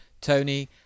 tony